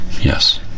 Yes